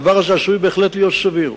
הדבר הזה עשוי בהחלט להיות סביר.